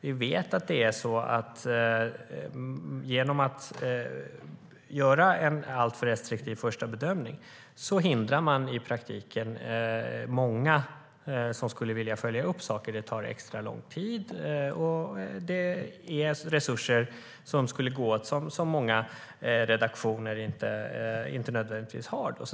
Vi vet att genom att göra en alltför restriktiv första bedömning hindrar myndigheten i praktiken många som vill följa upp frågor. Det tar extra lång tid, och det är fråga om resurser som många redaktioner inte nödvändigtvis har.